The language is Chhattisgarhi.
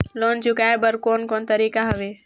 लोन चुकाए बर कोन कोन तरीका हवे?